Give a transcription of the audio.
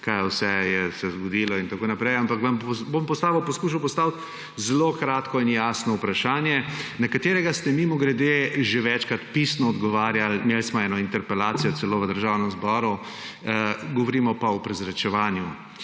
kaj vse je se zgodilo in tako naprej, ampak vam bom poskušal postaviti zelo kratko in jasno vprašanje, na katerega ste, mimogrede, že večkrat pisno odgovarjali. Imeli smo eno interpelacijo celo v Državnem zboru. Govorimo pa o prezračevanju,